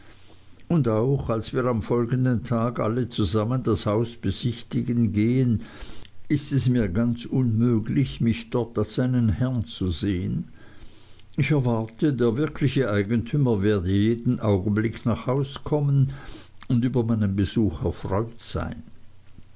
und auch als wir am folgenden tage alle zusammen das haus besichtigen gehen ist es mir ganz unmöglich mich dort als seinen herrn zu sehen ich erwarte der wirkliche eigentümer werde jeden augenblick nach haus kommen und über meinen besuch er freut sein